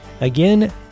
Again